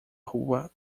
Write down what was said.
rua